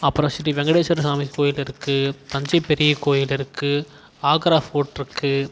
அப்புறம் ஸ்ரீ வெங்கடேஸ்வர ஸ்வாமி கோயில் இருக்குது தஞ்சை பெரியக்கோயில் இருக்குது ஆக்ரா ஃபோர்ட் இருக்குது